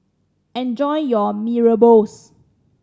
enjoy your Mee Rebus